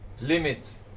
Limits